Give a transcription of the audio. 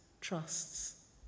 trusts